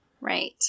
Right